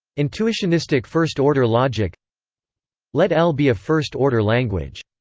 intuitionistic first-order logic let l be a first-order language.